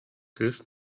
кыыс